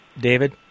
David